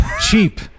cheap